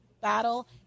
battle